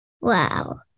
Wow